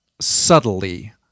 subtly